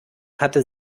hatte